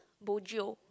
bo jio